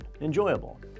enjoyable